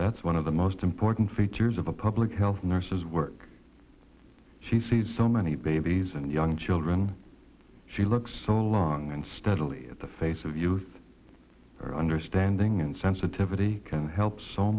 that's one of the most important features of a public health nurses work she sees so many babies and young children she looks so long and steadily at the face of youth or understanding and sensitivity can help so